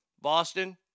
Boston